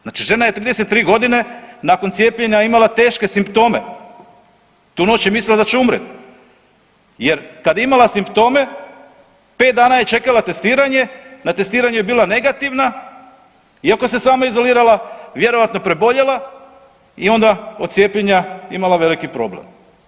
Znači žena je 33 godine nakon cijepljenja imala teške simptome, tu noć je mislila da će umrijeti jer kad je imala simptome 5 dana je čekala testiranje, na testiranju je bila negativna iako se sama izolirala vjerojatno preboljela i onda od cijepljenja imala veliki problem.